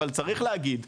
אבל צריך להגיד,